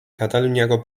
kataluniako